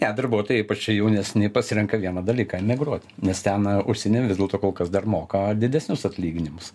ne darbuotojai ypač jaunesni pasirenka vieną dalyką emigruoti nes ten užsieny vis dėlto kol kas dar moka didesnius atlyginimus